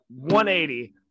180